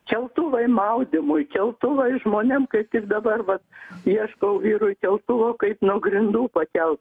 keltuvai maudymui keltuvai žmonėm kaip tik dabar vat ieškau vyrui keltuvo kaip nuo grindų pakelt